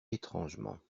étrangement